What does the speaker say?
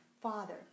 Father